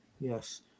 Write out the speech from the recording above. Yes